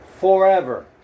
forever